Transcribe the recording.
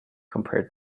compared